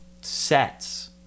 sets